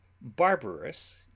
barbarous